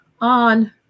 on